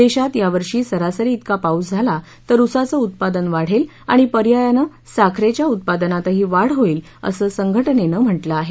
देशात यावर्षी सरासरी त्रिका पाऊस झाला तर ऊसाचं उत्पादन वाढेल आणि पर्यायानं साखरेच्या उत्पादनातही वाढ होईल असं संघटनेनं म्हटलं आहे